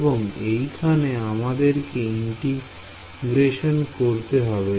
এবং এইখানে আমাদেরকে ইন্টিগ্রেশন করতে হবে